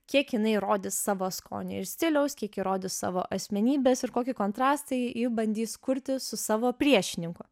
kiek jinai rodys savo skonio ir stiliaus kiek ji rodys savo asmenybės ir kokį kontrastą ji bandys kurti su savo priešininku